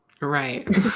Right